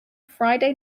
friday